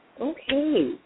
Okay